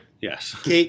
Yes